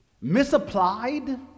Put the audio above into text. misapplied